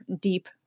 deep